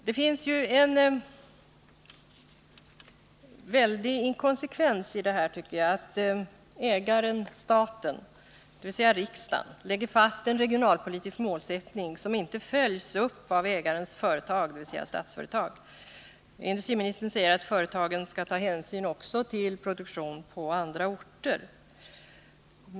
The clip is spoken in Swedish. Fru talman! Jag tycker att det ligger en stor inkonsekvens i förhållandet att ägaren staten, dvs. riksdagen, lägger fast en regionalpolitisk målsättning som inte följs upp av ägarens företag, dvs. Statsföretag. Industriministern säger att företaget också skall ta hänsyn till produktion på andra orter.